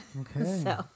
Okay